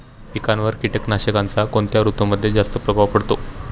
पिकांवर कीटकनाशकांचा कोणत्या ऋतूमध्ये जास्त प्रभाव पडतो?